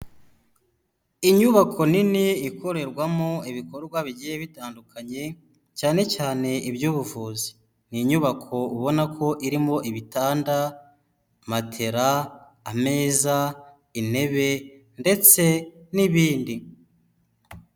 Inyubako nini ikorerwamo ibikorwa bigiye bitandukanye cyane cyane iby'ubuvuzi, ni inyubako ubona ko irimo ibitanda, matera, ameza, intebe, ndetse n'ibindi.